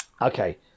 Okay